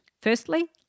Firstly